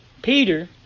Peter